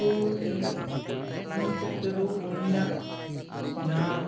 ᱛᱚ ᱤᱧ ᱥᱮᱫᱛᱮ ᱫᱚ ᱩᱱᱤᱭᱟᱜ ᱡᱟᱦᱟᱸ